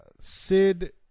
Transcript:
Sid